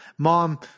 Mom